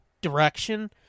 direction